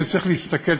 כשצריך להסתכל,